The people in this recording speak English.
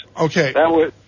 Okay